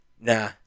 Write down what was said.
Nah